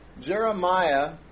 Jeremiah